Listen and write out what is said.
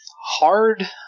hard